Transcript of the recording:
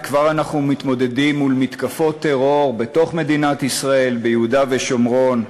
וכבר אנחנו מתמודדים מול מתקפות טרור בתוך מדינת ישראל וביהודה ושומרון.